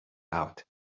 out